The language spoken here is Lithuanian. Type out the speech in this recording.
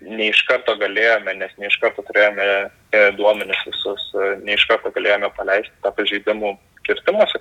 ne iš karto galėjome nes ne iš karto turėjome duomenis visus ne iš karto galėjome paleisti tą pažeidimų kirtimuose